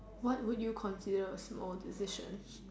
what would you consider a small decision